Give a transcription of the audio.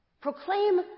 proclaim